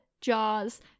jaws